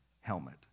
helmet